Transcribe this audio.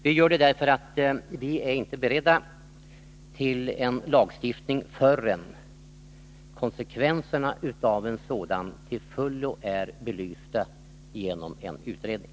Vi gör det därför att vi inte är beredda att föreslå en lagstiftning förrän konsekvenserna av en sådan till fullo är belysta genom en utredning.